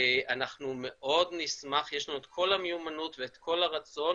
יש לנו את כל המיומנות ואת כל הרצון,